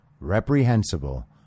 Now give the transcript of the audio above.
reprehensible